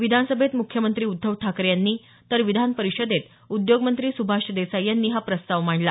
विधानसभेत मुख्यमंत्री उद्धव ठाकरे यांनी तर विधान परिषदेत उद्योगमंत्री सुभाष देसाई यांनी हा प्रस्ताव मांडला